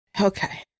Okay